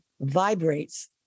vibrates